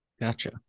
Gotcha